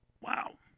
Wow